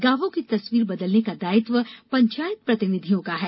गांवों की तस्वीर बदलने का दायित्व पंचायत प्रतिनिधियों का है